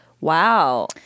Wow